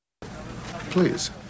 please